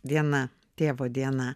diena tėvo diena